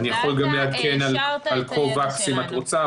-- אני יכול גם לעדכן על COVAX אם את רוצה,